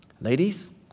Ladies